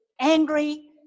angry